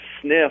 sniff